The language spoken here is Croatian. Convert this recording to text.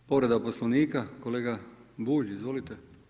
Povreda Poslovnika kolega Bulj, izvolite.